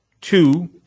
Two